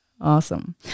Awesome